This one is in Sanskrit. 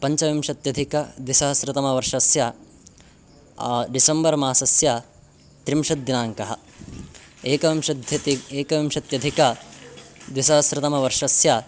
पञ्चविंशत्यधिक द्विसहस्रतमवर्षस्य डिसेम्बर् मासस्य त्रिंशत् दिनाङ्कः एकविंशत्यधिक एकविंशत्यधिकद्विसहस्रतमवर्षस्य